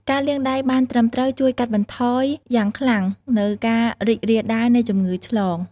ការលាងដៃបានត្រឹមត្រូវ ជួយកាត់បន្ថយយ៉ាងខ្លាំងនូវការរីករាលដាលនៃជំងឺឆ្លង។